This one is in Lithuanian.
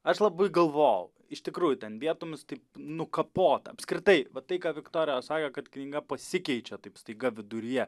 aš labai galvojau iš tikrųjų ten vietomis tai nukapota apskritai va tai ką viktorija sakė kad knyga pasikeičia taip staiga viduryje